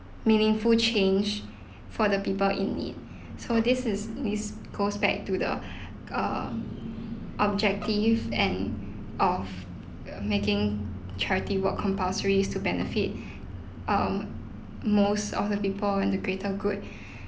meaningful change for the people in need so this is this goes back to the uh objective and of uh making charity work compulsory to benefit um most of the people and the greater good